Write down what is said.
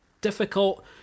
difficult